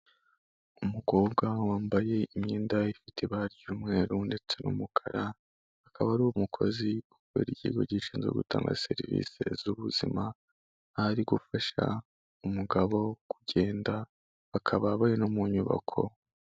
Umukobwa wambaye imyenda ifite ibara ry'umweru ndetse n'umukara, akaba ari umukozi ukorera ikigo gishinzwe gutanga serivisi z'ubuzima, aho ari gufasha umugabo kugenda bakaba bari no mu nyubako.